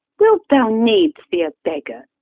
wilt thou needs be a beggar?